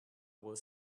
will